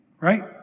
Right